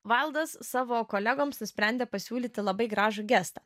vaildas savo kolegoms nusprendė pasiūlyti labai gražų gestą